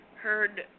heard